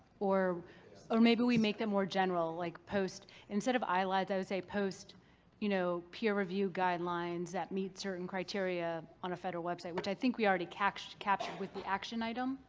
or or maybe we make them more general, like post. instead of ilads, i would say post you know peer-reviewed guidelines that meet certain criteria on a federal website, which i think we already captured captured with the action item.